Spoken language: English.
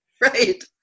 Right